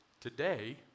today